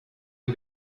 sie